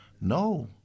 no